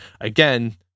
Again